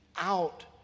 out